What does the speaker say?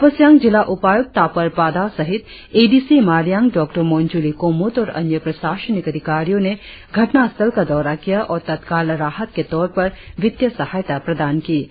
अपर सियांग जिला उपायुक्त तापर पादा सहित ए डी सी मारियांग डॉ मोनजुली कोमुत और अन्य प्रशासनिक अधिकारियों ने घटना स्थल का दौरा किया और तत्काल राहत के तौर पर वित्तीय सहायता प्रदान किए